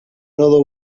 nodo